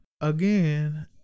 again